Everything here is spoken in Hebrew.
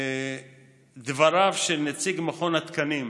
את דבריו של נציג מכון התקנים: